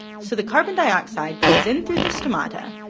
so the carbon dioxide comes in through the stomata,